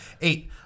eight